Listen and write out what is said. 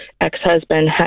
ex-husband